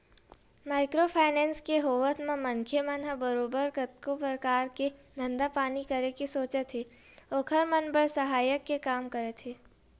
micro finance के होवत म मनखे मन ह बरोबर कतको परकार के धंधा पानी करे के सोचत हे ओखर मन बर सहायक के काम करत हे